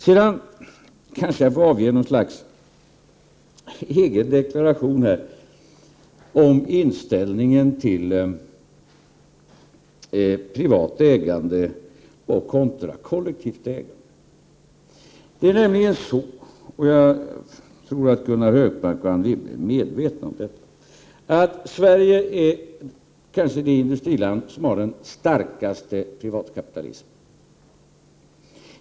Sedan kanske jag får avge något slags egen deklaration här om inställningen till privat ägande kontra kollektivt ägande. Jag tror att Gunnar Hökmark och Anne Wibble är medvetna om att Sverige kanske är det industriland som har den starkaste privatkapitalismen.